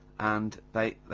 and they,